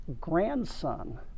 grandson